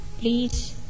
Please